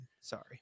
Sorry